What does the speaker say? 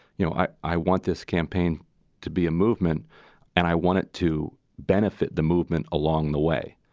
you know, i i want this campaign to be a movement and i want it to benefit the movement along the way.